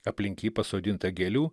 aplink jį pasodinta gėlių